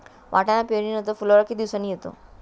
वाटाणा पेरणी नंतर फुलोरा किती दिवसांनी येतो?